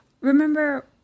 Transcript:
remember